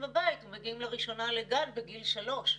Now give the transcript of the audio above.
במגזר הערבי,